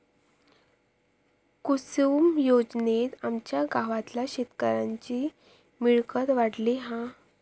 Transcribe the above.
कुसूम योजनेत आमच्या गावातल्या शेतकऱ्यांची मिळकत वाढली हा